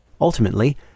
Ultimately